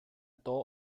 dot